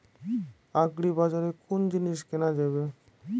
আগ্রিবাজারে কোন জিনিস কেনা যাবে?